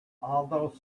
although